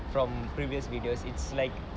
from previous videos it's like